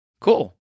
Cool